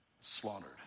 Slaughtered